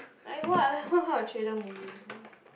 like what what kind of thriller movie